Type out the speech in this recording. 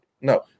No